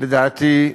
לדעתי,